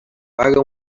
paga